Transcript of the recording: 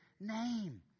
name